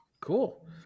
cool